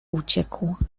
uciekł